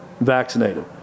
vaccinated